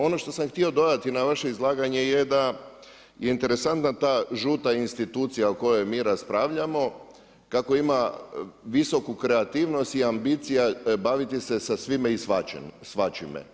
Ono što sam htio dodati na vaše izlaganje je da je interesantna ta žuta institucija o kojoj mi raspravljamo kako ima visoku kreativnost i ambicija baviti se sa svime i svačime.